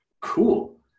Cool